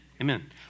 Amen